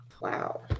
Wow